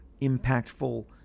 impactful